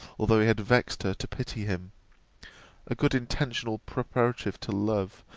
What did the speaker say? although he had vexed her, to pity him a good intentional preparative to love,